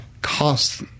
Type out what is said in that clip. cost